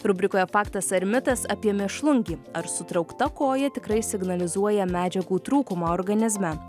rubrikoje faktas ar mitas apie mėšlungį ar sutraukta koja tikrai signalizuoja medžiagų trūkumą organizme